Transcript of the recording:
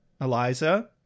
Eliza